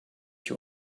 you